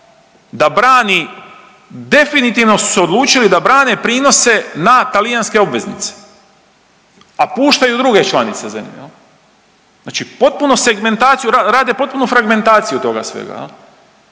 da brani, definitivno su se odlučili da brane prinose na talijanske obveznice, a puštaju druge članice, zemlje, je li? Znači potpuno segmentaciju rade, rade potpunu fragmentaciju toga svega.